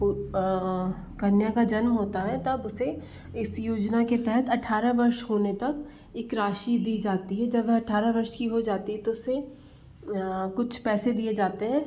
कन्या का जन्म होता है तब उसे इस योजना के तहत अठारह वर्ष होने तक एक राशि दी जाती है जब वह अठारह वर्ष की हो जाती है तो उसे कुछ पैसे दिए जाते